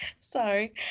Sorry